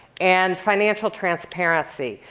and financial transparency.